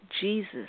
Jesus